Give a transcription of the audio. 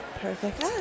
Perfect